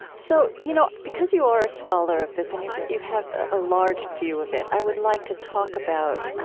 so you know because you are a scholar of this and you you have a large view of it, i would like to talk about,